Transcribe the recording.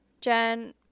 Jen